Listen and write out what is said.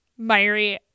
Myri